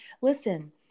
Listen